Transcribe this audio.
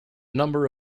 number